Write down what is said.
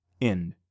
End